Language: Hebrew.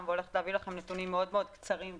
והולכת להביא לכם נתונים קצרים וברורים.